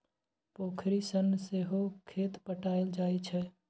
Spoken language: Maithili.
पोखरि सँ सहो खेत पटाएल जाइ छै